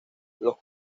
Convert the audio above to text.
los